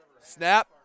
snap